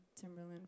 Timberland